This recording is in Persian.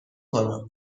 کنم